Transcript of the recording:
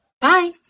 Bye